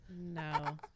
No